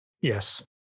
Yes